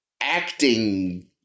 acting